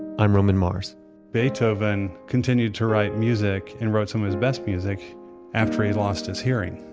i'm roman mars beethoven continued to write music and wrote some of his best music after he lost his hearing.